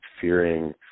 fearing